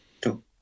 two